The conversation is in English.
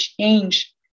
change